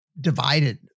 divided